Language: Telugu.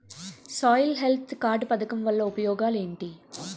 సాయిల్ హెల్త్ కార్డ్ పథకం వల్ల ఉపయోగం ఏంటి?